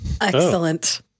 Excellent